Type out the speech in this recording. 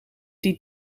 die